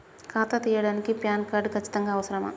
ఖాతా తీయడానికి PAN card ఖచ్చితంగా అవసరమా?